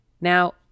Now